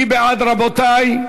מי בעד, רבותי?